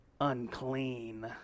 unclean